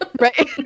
Right